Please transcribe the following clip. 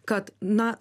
kad na